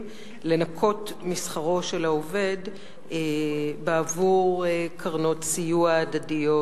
לנכות משכרו של העובד בעבור קרנות סיוע הדדיות,